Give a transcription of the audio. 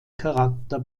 charakter